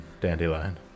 dandelion